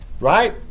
Right